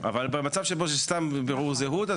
אבל במצב שבו זה סתם בירור זהות,